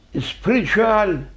spiritual